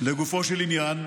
לגופו של עניין,